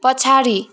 पछाडि